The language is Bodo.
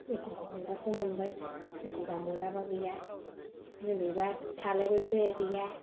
एखम्बा मोनबासो मोनबाय एखम्बा मोनाबा गैया दिनैबा थालायबायसो गैया